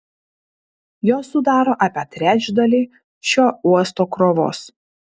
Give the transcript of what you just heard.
jos sudaro apie trečdalį šio uosto krovos